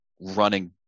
running